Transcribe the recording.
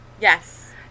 Yes